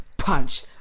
punch